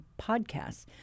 podcasts